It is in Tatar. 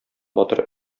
батыр